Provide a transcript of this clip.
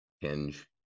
hinge